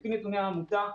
לפי נתוני העמותה,